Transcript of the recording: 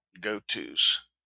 go-tos